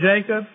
Jacob